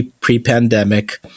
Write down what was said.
pre-pandemic